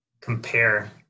compare